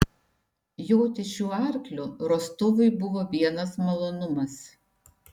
joti šiuo arkliu rostovui buvo vienas malonumas